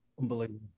Unbelievable